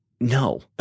no